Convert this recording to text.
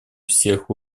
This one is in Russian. всех